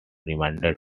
remained